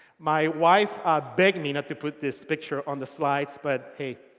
my wife begged me not to put this picture on the slides. but, hey,